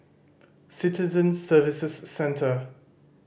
Citizen Services Centre